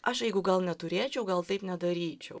aš jeigu gal neturėčiau gal taip nedaryčiau